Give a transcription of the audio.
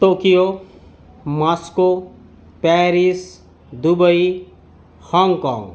Tokyo Moscow Paris Dubai हाँगकाँग